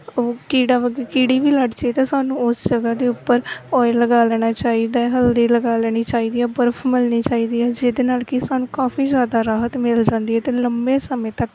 ਉਹ ਕੀੜਾ ਵਾ ਕੀੜੀ ਵੀ ਲੜ ਜੇ ਤਾਂ ਸਾਨੂੰ ਉਸ ਜਗ੍ਹਾ ਦੇ ਉੱਪਰ ਓਇਲ ਲਗਾ ਲੈਣਾ ਚਾਹੀਦਾ ਹਲਦੀ ਲਗਾ ਲੈਣੀ ਚਾਹੀਦੀ ਹੈ ਬਰਫ ਮਲਣੀ ਚਾਹੀਦੀ ਹੈ ਜਿਹਦੇ ਨਾਲ ਕਿ ਸਾਨੂੰ ਕਾਫੀ ਜ਼ਿਆਦਾ ਰਾਹਤ ਮਿਲ ਜਾਂਦੀ ਹੈ ਅਤੇ ਲੰਬੇ ਸਮੇਂ ਤੱਕ